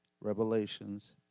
Revelations